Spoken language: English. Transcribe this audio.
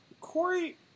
Corey